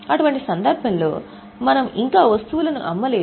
అటువంటి సందర్భంలో మనము ఇంకా వస్తువును అమ్మలేదు